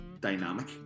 dynamic